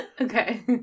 okay